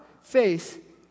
Faith